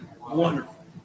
wonderful